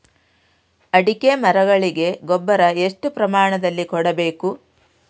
ಅಡಿಕೆ ಮರಗಳಿಗೆ ಗೊಬ್ಬರ ಎಷ್ಟು ಪ್ರಮಾಣದಲ್ಲಿ ಕೊಡಬೇಕು?